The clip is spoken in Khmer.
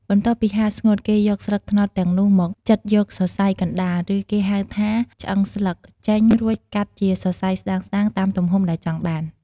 បន្ទាប់ពីហាលស្ងួត គេយកស្លឹកត្នោតទាំងនោះមក ចិតយកសរសៃកណ្តាល ឬគេហៅថា ឆ្អឹងស្លឹក ចេញ រួចកាត់ជាសរសៃស្ដើងៗតាមទំហំដែលចង់បាន។